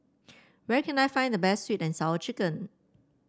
where can I find the best sweet and Sour Chicken